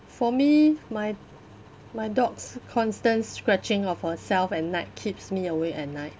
for me my my dog's constant scratching of herself at night keeps me awake at night